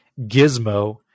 Gizmo